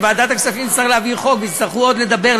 אם ועדת הכספים תצטרך להעביר חוק ויצטרכו עוד לדבר,